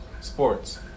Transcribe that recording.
sports